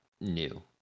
new